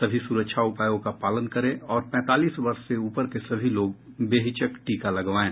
सभी सुरक्षा उपायों का पालन करें और पैंतालीस वर्ष से ऊपर के सभी लोग बेहिचक टीका लगवाएं